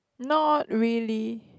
not really